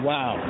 Wow